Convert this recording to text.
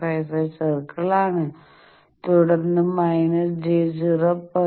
55 സർക്കിളാണ് തുടർന്ന് minus j 0